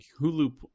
Hulu